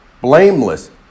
blameless